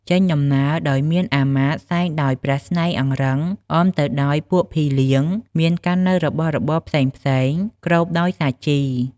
ចេញដំណើរដោយមានអាមាត្យ សែងដោយព្រះស្នែងអង្រឹង អមទៅដោយពួកភីលៀង មានកាន់នូវរបស់របរផ្សេងៗ គ្របដោយសាជី។